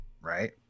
right